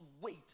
wait